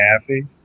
happy